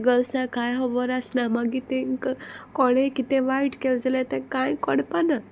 गर्ल्साक कांय होबोर आसना मागीर तेंकां कोणे कितें वायट केलें जाल्यार तें कांय कोणपाना